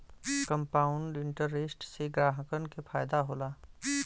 compound interest से ग्राहकन के फायदा होला